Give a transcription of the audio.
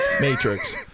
Matrix